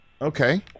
Okay